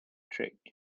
trick